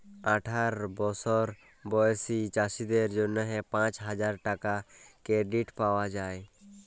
আঠার বসর বয়েসী চাষীদের জ্যনহে পাঁচ হাজার টাকার কেরডিট পাউয়া যায়